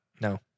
No